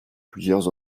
plusieurs